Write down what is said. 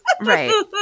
right